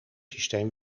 systeem